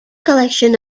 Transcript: collection